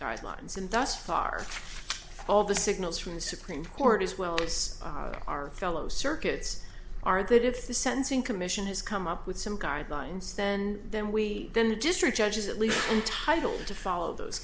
guidelines and thus far all the signals from the supreme court is well it's our fellow circuits are that if the sentencing commission has come up with some guidelines then then we then the district judges at least intitled to follow those